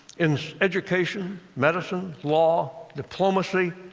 in education, medicine, law, diplomacy,